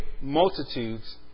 multitudes